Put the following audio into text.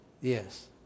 Yes